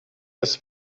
das